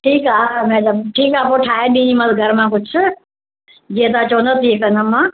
ठीकु आहे हा हा मैडम ठीकु आहे पोइ ठाहे ॾींदीमांसि घर मां कुझु जीअं तव्हां चवंदा तीअं कंदमि मां